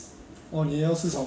eh 那个好那个 interesting